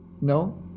No